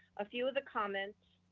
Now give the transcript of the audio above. a few of the comments,